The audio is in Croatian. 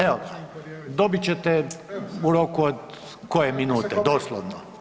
Evo ga, dobit ćete u roku od koje minute, doslovno.